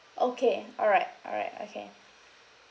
okay all right all right okay